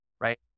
right